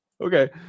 Okay